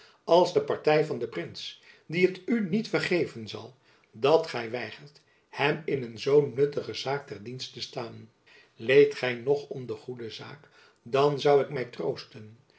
als de party van den prins die t u niet vergeven zal dat gy weigert hem in een zoo jacob van lennep elizabeth musch nuttige zaak ter dienst te staan leedt gy nog om de goede zaak dan zoû ik my troosten